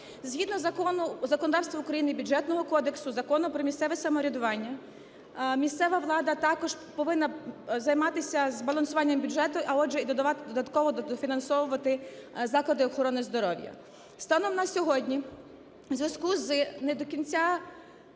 Згідно законодавства України і Бюджетного кодексу, Закону про місцеве самоврядування місцева влада також повинна займатися збалансуванням бюджету, а отже, додатково дофінансовувати заклади охорони здоров'я. Станом на сьогодні, в зв'язку з не до кінця